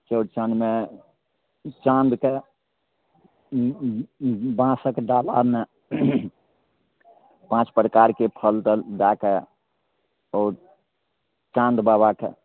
चौरचनमे चाँदके बाँसके डालामे पॉँच प्रकारके फल तल दैके आओर चाँद बाबाके